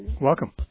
Welcome